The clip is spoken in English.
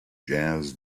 jazz